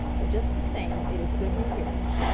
but just the same it is good to hear it.